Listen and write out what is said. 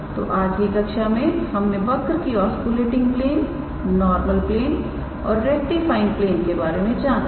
तो आज की कक्षा में हमने वक्र की ऑस्किलेटिंग प्लेन नॉर्मल प्लेन और रेक्टिफाइंग प्लेन के बारे में जाना